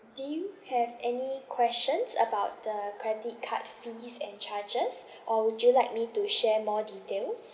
do you have any questions about the credit card fees and charges or would you like me to share more details